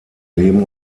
leben